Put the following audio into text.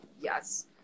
yes